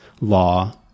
law